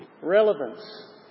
relevance